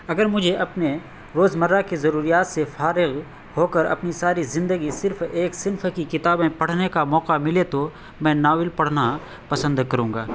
اگر مجھے اپنے روز مرہ کی ضروریات سے فارغ ہو کر اپنی ساری زندگی صرف ایک صنف کی کتابیں پڑھنے کا موقع ملے تو میں ناول پڑھنا پسند کروں گا